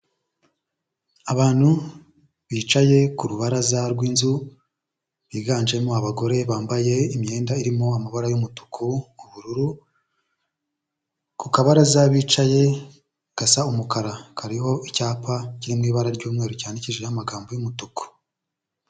Abantu bicaye ku rubaraza rw'inzu, biganjemo abagore bambaye imyenda irimo amabara y'umutuku, ubururu, ku kabaraza bicaye gasa umukara, kariho icyapa kiri mu ibara ry'umweru, cyandikishijeho amagambo y'umutuku.